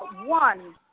One